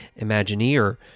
Imagineer